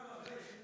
ומה עם החלק שנבנה,